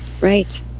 right